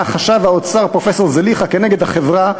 חשב האוצר פרופסור זליכה כנגד החברה,